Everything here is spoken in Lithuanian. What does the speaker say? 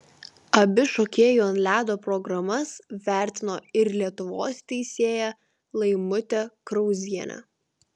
abi šokėjų ant ledo programas vertino ir lietuvos teisėja laimutė krauzienė